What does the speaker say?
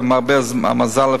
למרבה המזל,